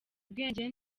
ubwenge